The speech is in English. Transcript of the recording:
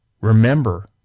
Remember